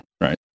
right